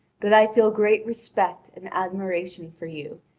that i feel great respect and admiration for you,